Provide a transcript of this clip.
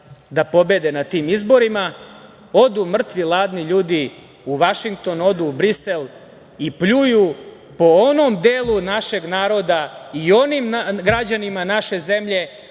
da pobede na tim izborima, odu mrtvi 'ladni ljudi u Vašington, odu u Brisel i pljuju po onom delu našeg naroda i onim građanima naše zemlje